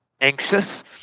anxious